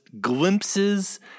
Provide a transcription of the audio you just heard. glimpses